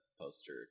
poster